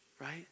right